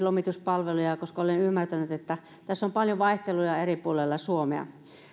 lomituspalveluja koska olen ymmärtänyt että tässä on paljon vaihtelua eri puolella suomea